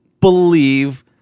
believe